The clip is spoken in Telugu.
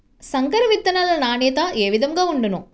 సంకర విత్తనాల నాణ్యత ఏ విధముగా ఉండును?